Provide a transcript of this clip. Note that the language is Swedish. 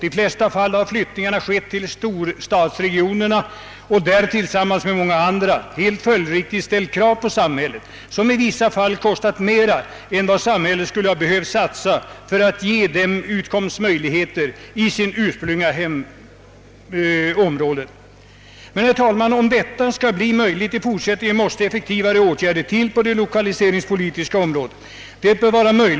I de flesta fall har flyttningarna skett till storstadsregionerna och där helt följdriktigt ställt krav på samhället som i vissa fall kostat mer än vad samhället skulle ha behövt satsa för att ge vederbörande utkomstmöjligheter i deras ursprungliga hemmaområden. Men, herr talman, om det skall bli möjligt att ge sådana utkomstmöjligheter i fortsättningen måste effektivare åtgärder till på det lokaliseringspolitiska området.